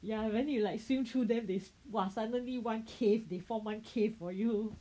ya then you like swim through them they !wah! suddenly one cave they form one cave for you